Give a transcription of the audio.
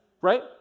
right